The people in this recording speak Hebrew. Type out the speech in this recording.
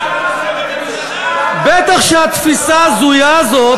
בטח שהתפיסה ההזויה הזאת,